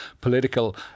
political